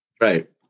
Right